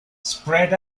spread